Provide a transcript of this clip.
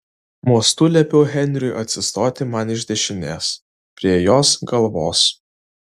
mostu liepiau henriui atsistoti man iš dešinės prie jos galvos